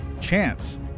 Chance